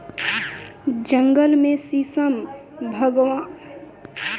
जंगल में शीशम, शागवान के पेड़ लगा देहला से इ जल्दी तईयार हो जाता